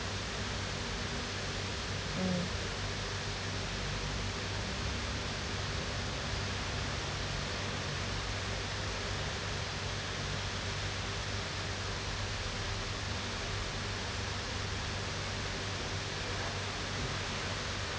mm